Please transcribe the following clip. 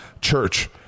church